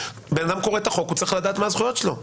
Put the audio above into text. אדם קורא את החוק, הוא צריך לדעת מה הזכויות שלו.